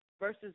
versus